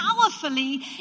powerfully